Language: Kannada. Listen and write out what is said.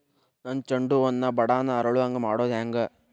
ನನ್ನ ಚಂಡ ಹೂ ಅನ್ನ ನಾನು ಬಡಾನ್ ಅರಳು ಹಾಂಗ ಮಾಡೋದು ಹ್ಯಾಂಗ್?